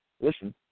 Listen